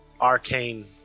Arcane